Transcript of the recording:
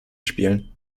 spielen